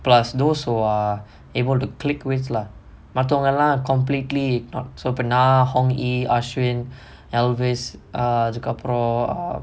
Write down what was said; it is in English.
plus those who are able to click with lah மத்தவங்கெல்லாம்:maththavangellaam completely not so open நான்:naan homhi ashwin elvis அதுக்கு அப்புறம்:athukku appuram